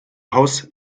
haus